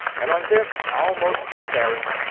and on this, almost despairing,